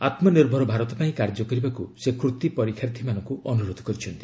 ଆତ୍ମନିର୍ଭର ଭାରତ ପାଇଁ କାର୍ଯ୍ୟ କରିବାକୁ ସେ କୂତୀ ପରୀକ୍ଷାର୍ଥୀମାନଙ୍କୁ ଅନୁରୋଧ କରିଛନ୍ତି